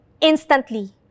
Instantly